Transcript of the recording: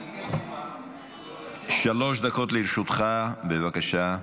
שלוש דקות לרשותך, בבקשה.